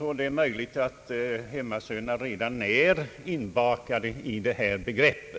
Det är alltså möjligt att hemmasönerna redan är inbakade i detta begrepp.